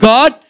God